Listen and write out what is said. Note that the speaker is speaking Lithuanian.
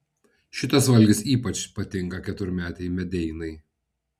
šitas valgis ypač patinka keturmetei medeinai